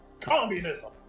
Communism